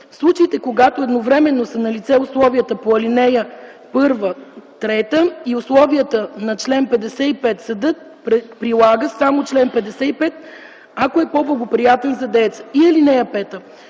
В случаите, когато едновременно са налице условията по ал. 1-3 и условията на чл. 55, съдът прилага само чл. 55, ако е по-благоприятен за дееца.